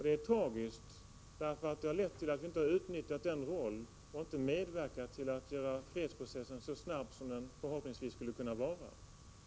Det är tragiskt, därför att det harlett till att Sverige inte har utnyttjat sin roll och inte medverkat till att göra fredsprocessen så snabb som den förhoppningsvis skulle kunna vara.